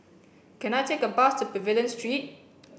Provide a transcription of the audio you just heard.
can I take a bus to Pavilion Street